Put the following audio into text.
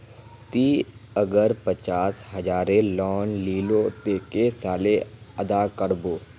ती अगर पचास हजारेर लोन लिलो ते कै साले अदा कर बो?